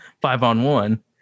five-on-one